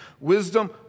wisdom